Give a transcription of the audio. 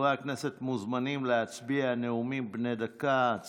חברי הכנסת מוזמנים להצביע, בבקשה.